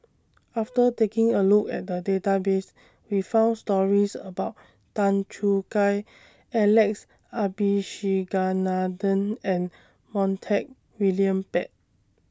after taking A Look At The Database We found stories about Tan Choo Kai Alex Abisheganaden and Montague William Pett